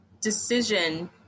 decision